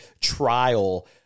trial